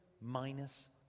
minus